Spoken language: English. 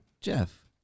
Jeff